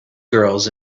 girls